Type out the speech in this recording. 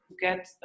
get